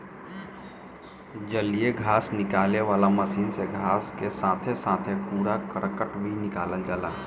जलीय घास निकाले वाला मशीन से घास के साथे साथे कूड़ा करकट भी निकल जाला